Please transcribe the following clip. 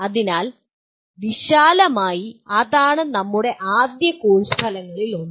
അതിനാൽ വിശാലമായി അതാണ് നമ്മുടെ ആദ്യ കോഴ്സ് ഫലങ്ങളിൽ ഒന്ന്